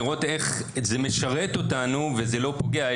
לראות איך זה משרת אותנו וזה לא פוגע,